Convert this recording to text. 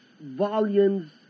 volumes